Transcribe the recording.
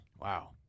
Wow